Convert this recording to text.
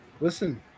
Listen